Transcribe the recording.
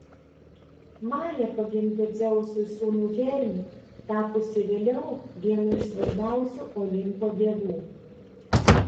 maja pagimdė dzeusui sūnų hermį tapusį vėliau vienu iš svarbiausių olimpo dievų